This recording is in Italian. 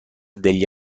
degli